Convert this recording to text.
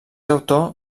autor